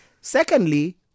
Secondly